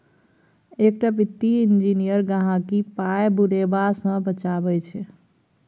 एकटा वित्तीय इंजीनियर गहिंकीक पाय बुरेबा सँ बचाबै छै